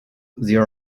there